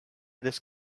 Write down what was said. this